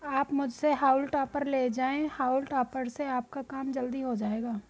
आप मुझसे हॉउल टॉपर ले जाएं हाउल टॉपर से आपका काम जल्दी हो जाएगा